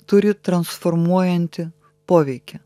turi transformuojantį poveikį